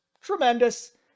tremendous